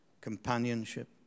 companionship